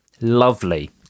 Lovely